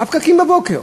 הפקקים בבוקר,